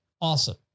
awesome